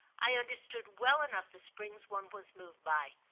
i understood well enough the springs one was moved by.